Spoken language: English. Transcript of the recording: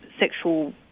sexual